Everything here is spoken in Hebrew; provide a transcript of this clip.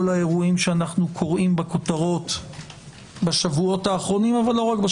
האירועים שאנו קוראים בכותרות בשבועות האחרונים אבל לא רק.